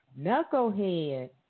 Knucklehead